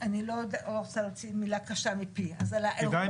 אני לא רוצה להוציא מילה קשה מפי --- כדאי